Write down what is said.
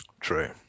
True